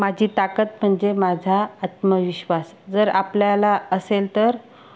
माझी ताकद म्हणजे माझा आत्मविश्वास जर आपल्याला असेल तर